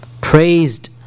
praised